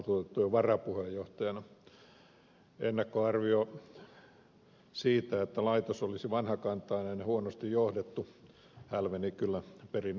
ennakkoarvio siitä että laitos olisi vanhakantainen ja huonosti johdettu hälveni kyllä perin nopeasti